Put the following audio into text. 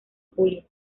julio